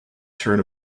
turn